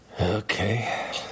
Okay